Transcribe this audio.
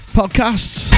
podcasts